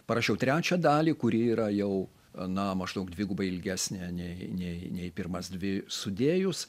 parašiau trečią dalį kuri yra jau na maždaug dvigubai ilgesnė nei nei nei pirmas dvi sudėjus